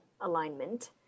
alignment